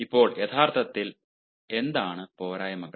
ഇപ്പോൾ യഥാർത്ഥത്തിൽ എന്താണ് പോരായ്മകൾ